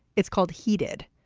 it's called heated.